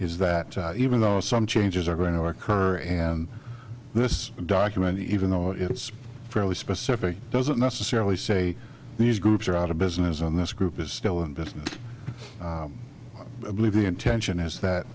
is that even though some changes are going to occur and this document even though it's fairly specific doesn't necessarily say these groups are out of business on this group is still in business i believe the intention is that